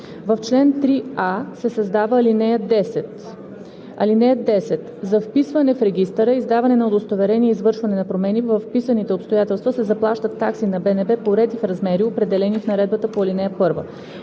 В чл. 3а се създава ал. 10: „(10) За вписване в регистъра, издаване на удостоверения и извършване на промени във вписаните обстоятелства се заплащат такси на БНБ по ред и в размери, определени в наредбата по ал. 1.“